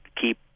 keep